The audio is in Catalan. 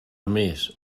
més